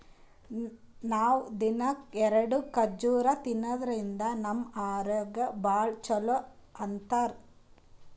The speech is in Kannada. ನಾವ್ ದಿನ್ನಾ ಎರಡ ಖರ್ಜುರ್ ತಿನ್ನಾದ್ರಿನ್ದ ನಮ್ ಆರೋಗ್ಯಕ್ ಭಾಳ್ ಛಲೋ ಅಂತಾರ್